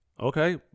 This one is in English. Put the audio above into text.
Okay